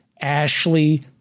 Ashley